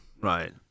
Right